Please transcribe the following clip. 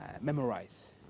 memorize